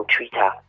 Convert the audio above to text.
Twitter